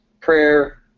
prayer